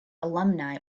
alumni